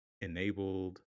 enabled